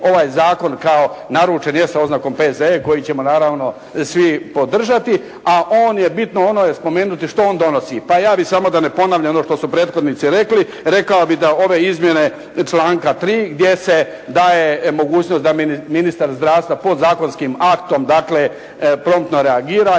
ovaj zakon kao naručen je sa oznakom P.Z.E. koji ćemo naravno svi podržati, a ovo je bitno spomenuti što on donosi. Pa ja bih samo da ne ponavljam ono što su prethodnici rekli, rekao bih da ove izmjene članka 3. gdje se daje mogućnost da ministar zdravstva podzakonskim aktom, dakle promptno reagira